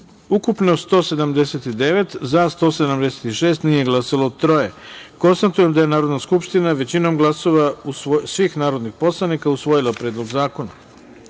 ukupno 179, za – 176, nije glasalo - troje. Konstatujem da je Narodna skupština većinom glasova svih narodnih poslanika usvojila Predlog